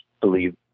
believe